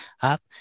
Up